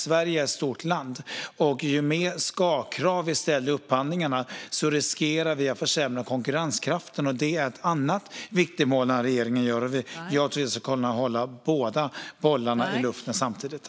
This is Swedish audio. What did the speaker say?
Sverige är dock ett stort land, och ju fler ska-krav vi ställer i upphandlingarna, desto mer riskerar vi att försämra konkurrenskraften. Ett viktigt mål för regeringen är att kunna hålla båda bollarna i luften samtidigt.